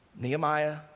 Nehemiah